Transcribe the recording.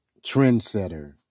trendsetter